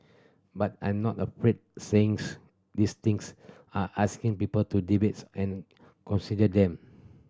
but I'm not afraid saying these things are asking people to debate and consider them